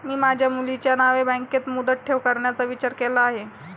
मी माझ्या मुलीच्या नावे बँकेत मुदत ठेव करण्याचा विचार केला आहे